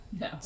No